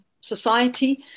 society